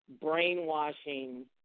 brainwashing